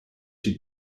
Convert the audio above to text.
she